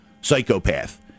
psychopath